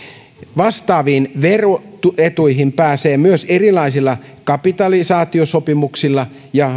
vastaaviin veroetuihin pääsee myös erilaisilla kapitalisaatiosopimuksilla ja